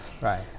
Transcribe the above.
right